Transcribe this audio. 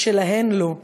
ושלהן, לא.